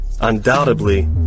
undoubtedly